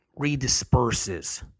redisperses